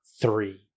three